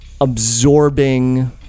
absorbing